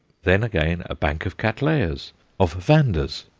then again a bank of cattleyas, of vandas,